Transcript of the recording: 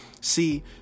See